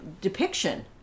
depiction